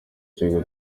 cyo